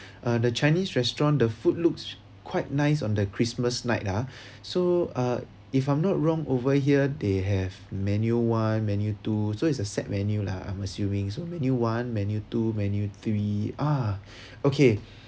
uh the chinese restaurant the food looks quite nice on the christmas night ah so uh if I'm not wrong over here they have menu one menu two so it's a set menu lah I'm assuming so menu one menu two menu three ah okay